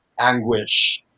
anguish